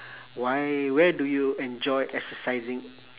why where do you enjoy exercising